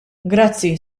grazzi